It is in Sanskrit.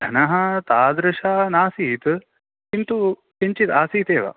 धनं तादृशं नासीत् किन्तु किञ्चित् आसीदेव